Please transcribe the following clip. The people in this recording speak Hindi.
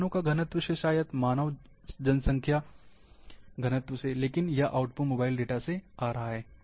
वाहनों का घनत्व से या शायद मानव जनसंख्या घनत्व से लेकिन यह इनपुट मोबाइल डेटा से आ रहा है